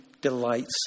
delights